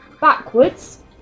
backwards